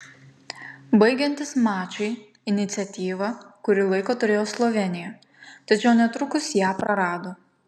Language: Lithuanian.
baigiantis mačui iniciatyvą kuri laiką turėjo slovėnija tačiau netrukus ją prarado